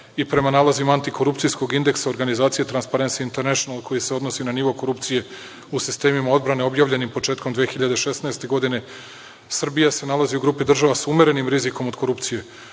i prema nalazima Antikorupcijskog indeksa organizacije Transparency International, koji se odnosi na nivo korupcije u sistemima odbrane objavljenim početkom 2016. godine, Srbija se nalazi u grupi država sa umerenim rizikom od korupcije.